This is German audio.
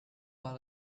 war